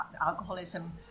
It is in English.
alcoholism